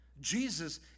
Jesus